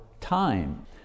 time